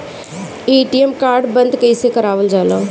ATM card बन्द कईसे करावल जाला?